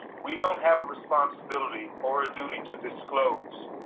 we don't have responsibility or a duty to disclose,